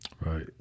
right